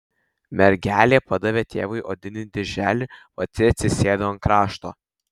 mergelė padavė tėvui odinį dirželį pati atsisėdo ant krašto